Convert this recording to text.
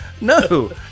no